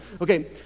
Okay